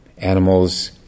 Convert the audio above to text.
Animals